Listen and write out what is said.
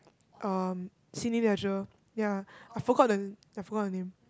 um Cineleisure ya I forgot the I forgot the name